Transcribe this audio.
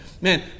Man